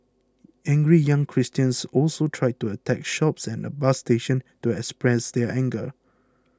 angry young Christians also tried to attack shops and a bus station to express their anger